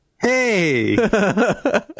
Hey